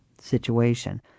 situation